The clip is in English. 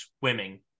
swimming